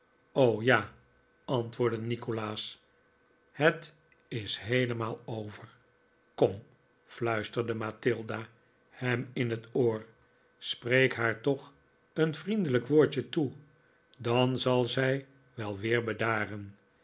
ja antwoordde nikolaas het is heelemaal over kom fluisterde mathilda hem in het oor spreek haar toch een vriendelijk woordje toe dan zal zij wel weer